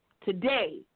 today